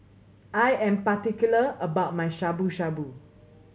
I am particular about my Shabu Shabu